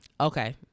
Okay